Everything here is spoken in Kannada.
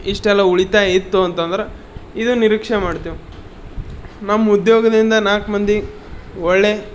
ಇಷ್ಟೆಲ್ಲ ಉಳಿತಾಯ ಇತ್ತು ಅಂತಂದ್ರೆ ಇದು ನಿರೀಕ್ಷೆ ಮಾಡ್ತೇವೆ ನಮ್ಮ ಉದ್ಯೋಗದಿಂದ ನಾಲ್ಕು ಮಂದಿ ಒಳ್ಳೆ